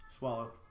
Swallow